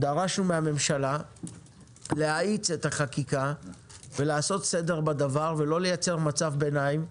דרשנו מהממשלה להאיץ את החקיקה ולעשות סדר בדבר ולא לייצר מצב ביניים,